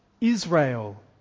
Israel